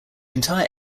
entire